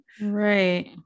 Right